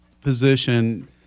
position